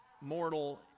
mortal